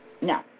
No